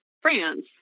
France